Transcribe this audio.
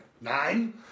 nine